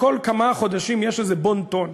כל כמה חודשים יש איזה בון-טון,